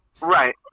Right